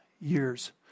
years